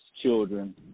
children